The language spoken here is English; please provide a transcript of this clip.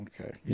okay